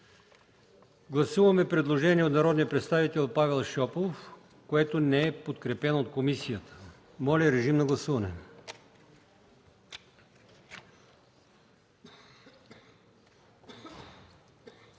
Гласуваме предложение от народния представител Павел Шопов, което не е подкрепено от комисията. Моля, гласувайте.